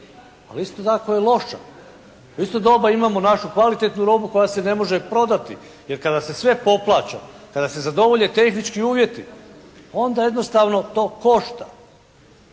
ali isto tako je loša. U isto doba imamo našu kvalitetnu robu koja se ne može prodati. Jer kada se sve poplaća, kada se zadovolje tehnički uvjeti onda jednostavno to košta.